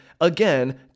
again